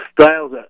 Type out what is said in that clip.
styles